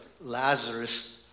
Lazarus